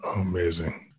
Amazing